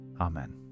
Amen